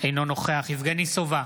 אינו נוכח יבגני סובה,